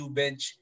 bench